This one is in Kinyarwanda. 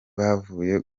bavuye